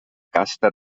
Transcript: casta